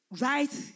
right